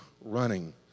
running